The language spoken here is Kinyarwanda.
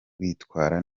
kwitwara